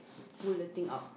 pull the thing out